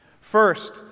First